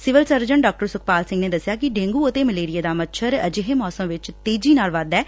civil surgeon ਡਾ ਸੁਖਪਾਲ ਸਿੰਘ ਨੇ ਦੱਸਿਆ ਕਿ ਡੇਂਗੁ ਅਤੇ ਮਲੇਰੀਏ ਦਾ ਮੱਛਰ ਅਜਿਹੇ ਮੌਸਮ ਵਿਚ ਤੇਜੀ ਨਾਲ ਵੱਧਦੈ